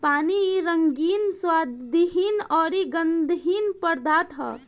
पानी रंगहीन, स्वादहीन अउरी गंधहीन पदार्थ ह